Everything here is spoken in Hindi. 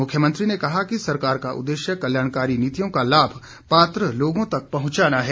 मुख्यमंत्री ने कहा कि सरकार का उद्देश्य कल्याणकारी नीतियों का लाभ पात्र लोगों तक पहुंचाना है